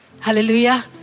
Hallelujah